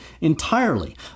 entirely